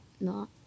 no